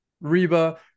Reba